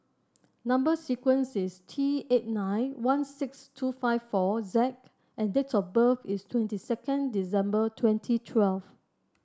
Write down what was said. number sequence is T eight nine one six two five four Z and date of birth is twenty second December twenty twelve